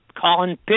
Colin